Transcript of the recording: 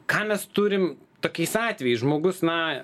ką mes turim tokiais atvejais žmogus na